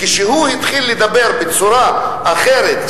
כשהוא התחיל לדבר בצורה אחרת,